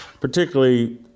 particularly